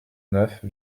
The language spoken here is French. neuf